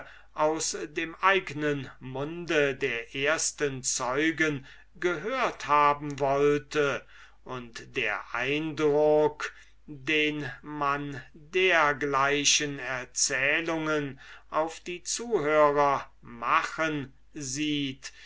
aus dem eignen munde der ersten zeugen gehört haben wollte und der eindruck den man dergleichen erzählungen auf die zuhörer machen sieht